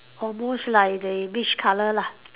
almost like the beach colour lah